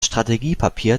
strategiepapier